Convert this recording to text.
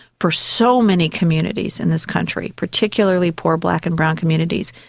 for so many communities in this country, particularly poor black and brown communities,